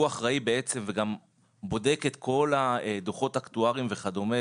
הוא אחראי וגם בודק את כל הדוחות האקטואריים וכדומה,